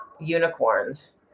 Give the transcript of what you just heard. unicorns